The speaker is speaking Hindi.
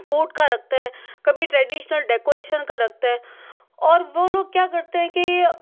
फ़ूड का रखते हैं कभी ट्रेडिशनल डेकोरेशन का रखते हैं और वो लोग क्या करते हैं कि